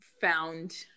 found